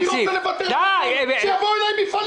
אני רוצה לבטל את הארנונה כדי שיבואו אליי מפעלים.